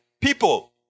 People